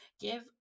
give